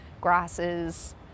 grasses